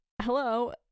Hello